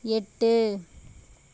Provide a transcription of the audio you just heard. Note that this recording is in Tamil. எட்டு